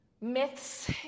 myths